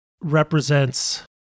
represents